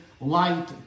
light